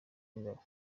y’ingabo